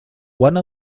one